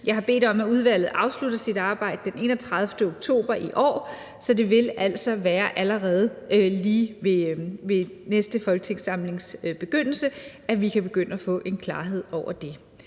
Jeg har bedt om, at udvalget afslutter sit arbejde den 31. oktober i år, så det vil altså være allerede lige ved næste folketingssamlings begyndelse, at vi kan begynde at få klarhed over det.